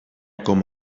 com